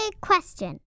question